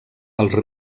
als